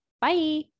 Bye